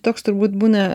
toks turbūt būna